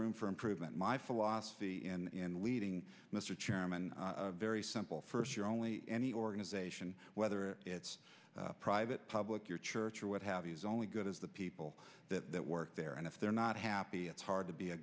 room for improvement my philosophy in leading mr chairman very simple first year only any organization whether it's private public your church or what have you is only good as the people that work there and if they're not happy it's hard to be a